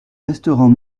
restaurant